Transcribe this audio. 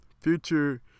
Future